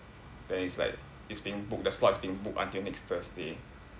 then it's like it's been booked the slot has been booked until next thursday